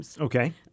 Okay